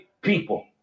people